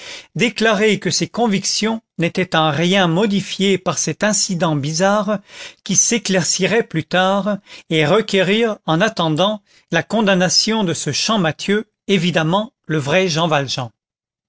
déclarer que ses convictions n'étaient en rien modifiées par cet incident bizarre qui s'éclaircirait plus tard et requérir en attendant la condamnation de ce champmathieu évidemment le vrai jean valjean